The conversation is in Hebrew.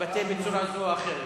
תתבטא בצורה זו או אחרת.